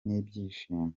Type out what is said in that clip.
n’ibyishimo